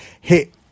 hit